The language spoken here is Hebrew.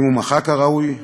האם הוא מחה כראוי?